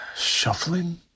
shuffling